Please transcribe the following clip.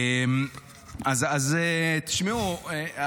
אז תשמעו,